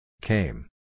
Came